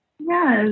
yes